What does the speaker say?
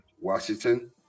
Washington